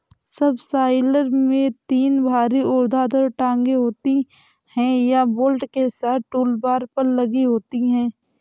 subsoiler में तीन भारी ऊर्ध्वाधर टांगें होती हैं, यह बोल्ट के साथ टूलबार पर लगी होती हैं